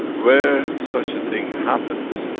where such a thing happens,